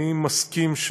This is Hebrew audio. אני מסכים,